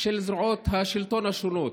של זרועות השלטון השונות,